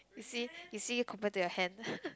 you see you see compared to your hand